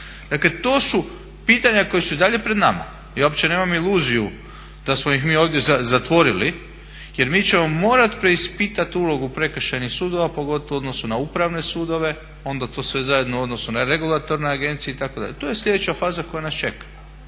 Dakle, to su pitanja koja su i dalje pred nama. Ja uopće nemam iluziju da smo ih mi ovdje zatvorili, jer mi ćemo morati preispitati ulogu Prekršajnih sudova pogotovo u odnosu na Upravne sudove, onda to sve zajedno u odnosu na regulatorne agencije itd. To je sljedeća faza koja nas čeka.